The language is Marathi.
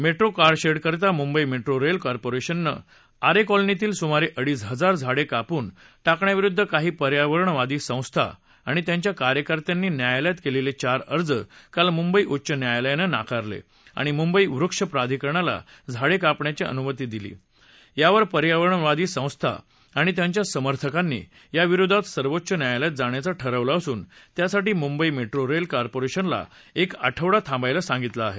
मेट्रो कारशेडकरता मुंबई मेट्रो रेल कॉरपोरेशनने आरे कॉलनीतली सुमारे अडीच हजार झाडे कापून टाकण्याविरूध्द काही पर्यावरणवादी संस्था आणि त्यांच्या कार्यकर्त्यांनी न्यायालयात केलेले चार अर्ज काल मुंबई उच्च न्यायालयानं नाकारले आणि मुंबई वृक्ष प्रधिकरणाला झाडे कापण्याची अनुमती दिली त्यावर पर्यावरणवादी संस्था आणि त्यांच्या समर्थकांनी याविरूध्द सर्वोच्च न्यायालयात जाण्याचं ठरवलं असून त्यासाठी मुंबई मेट्रो रेल कॉरपोरेशनला एक आठवडा थांबायला सांगितलं आहे